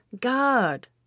God